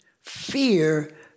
Fear